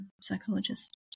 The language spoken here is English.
psychologist